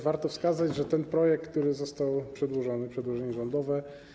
Warto wskazać, że projekt, który został przedłożony, przedłożenie rządowe,